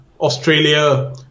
Australia